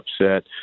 upset